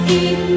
eat